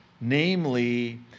namely